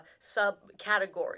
subcategory